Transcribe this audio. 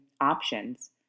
options